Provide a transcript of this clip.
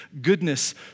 goodness